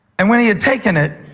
and when he had taken it,